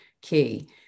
key